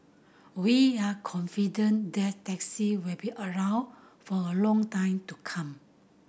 we are confident that taxi will be around for a long time to come